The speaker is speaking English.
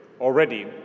already